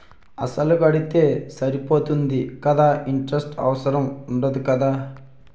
అసలు కడితే సరిపోతుంది కదా ఇంటరెస్ట్ అవసరం ఉండదు కదా?